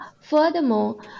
furthermore